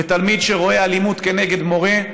ותלמיד שרואה אלימות כנגד מורה,